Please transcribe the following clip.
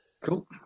Cool